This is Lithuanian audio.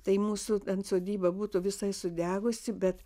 tai mūsų sodyba būtų visai sudegusi bet